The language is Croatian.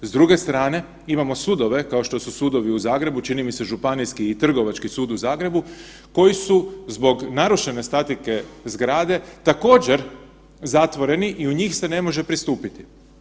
S druge strane, imamo sudove, kao što su sudovi u Zagrebu, čini mi se Županijski i Trgovački sud u Zagrebu, koji su zbog narušene statike zgrade, također, zatvoreni i u njih se ne može pristupiti.